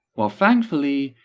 well, thankfully,